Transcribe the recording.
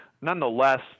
nonetheless